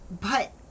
But-